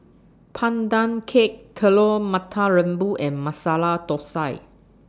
Pandan Cake Telur Mata Lembu and Masala Thosai